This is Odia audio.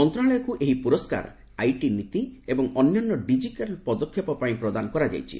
ମନ୍ତ୍ରଶାଳୟକୁ ଏହି ପୁରସ୍କାର ଆଇଟି ନୀତି ଏବଂ ଅନ୍ୟାନ୍ୟ ଡିକିଟାଲ୍ ପଦକ୍ଷେପ ପାଇଁ ପ୍ରଦାନ କରାଯାଇଛି